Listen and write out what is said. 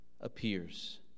appears